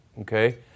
Okay